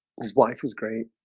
his wife was great